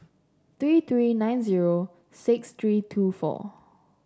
three three nine zero six three two four